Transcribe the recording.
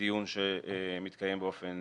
מדיון שמתקיים באופן